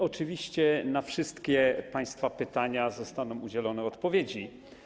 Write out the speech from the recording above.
Oczywiście na wszystkie państwa pytania zostaną udzielone odpowiedzi.